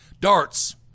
darts